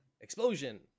explosion